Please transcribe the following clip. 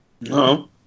No